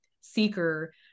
seeker